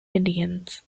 indians